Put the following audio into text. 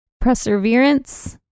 perseverance